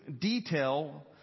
detail